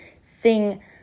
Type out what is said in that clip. sing